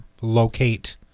locate